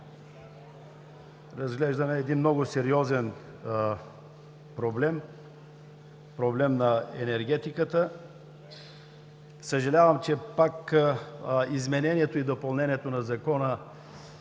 разглеждаме много сериозен проблем на енергетиката. Съжалявам, че изменението и допълнението на Закона